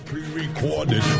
Pre-recorded